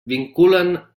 vinculen